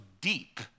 deep